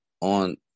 on